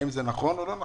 האם זה נכון או לא נכון?